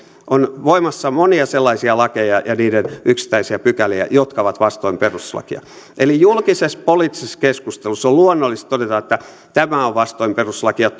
on voimassa monia sellaisia lakeja ja niiden yksittäisiä pykäliä jotka ovat vastoin perustuslakia eli julkisessa poliittisessa keskustelussa on luonnollista todeta että tämä on vastoin perustuslakia